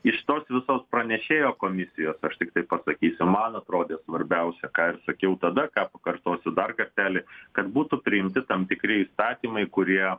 iš tos visos pranešėjo komisijos aš tiktai pasakysiu man atrodė svarbiausia ką ir sakiau tada ką pakartosiu dar kartelį kad būtų priimti tam tikri įstatymai kurie